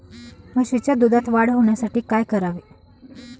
म्हशीच्या दुधात वाढ होण्यासाठी काय करावे?